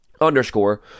underscore